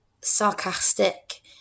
sarcastic